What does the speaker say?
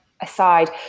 aside